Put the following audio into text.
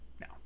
no